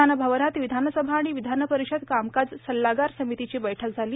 विधान भवनात विधानसभा आणि विधानपरिषद कामकाज सल्लागार समितीची बैठक झाली